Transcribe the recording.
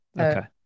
Okay